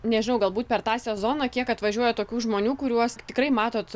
nežinau galbūt per tą sezoną kiek atvažiuoja tokių žmonių kuriuos tikrai matot